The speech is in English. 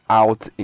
out